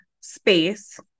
space